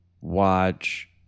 watch